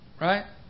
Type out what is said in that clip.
Right